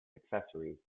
accessories